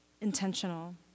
intentional